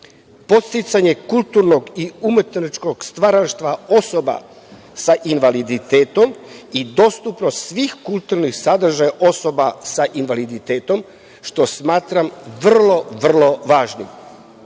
podsticanje kulturnog i umetničkog stvaralaštva osoba sa invaliditetom i dostupnost svih kulturnih sadržaja osoba sa invaliditetom, što smatram vrlo važnim,